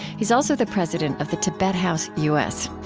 he's also the president of the tibet house u s.